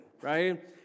right